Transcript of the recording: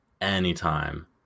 anytime